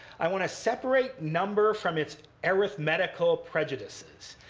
i want to separate number from its arithmetical prejudices.